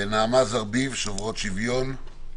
נעמה זרביב, "שוברות שוויון".